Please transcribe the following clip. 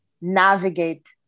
navigate